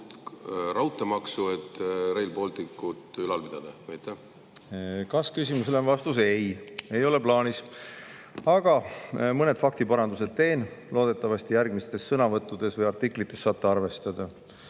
raudteemaksu, et Rail Balticut ülal pidada? Kas-küsimusele on vastus, et ei, ei ole plaanis. Aga mõned parandused teen, loodetavasti järgmistes sõnavõttudes või artiklites saate neid arvestada.